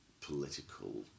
political